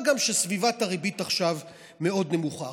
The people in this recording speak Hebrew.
מה גם שסביבת הריבית עכשיו מאוד נמוכה.